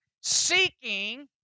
Seeking